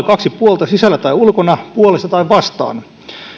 kaksi puolta sisällä tai ulkona puolesta tai vastaan